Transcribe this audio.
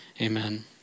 amen